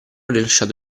rilasciato